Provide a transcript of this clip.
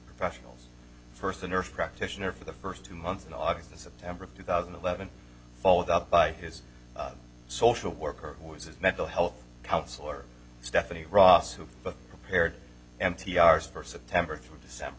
professionals first a nurse practitioner for the first two months in august and september of two thousand and eleven followed up by his social worker who is his mental health counselor stephanie ross who repaired mt r s for september through december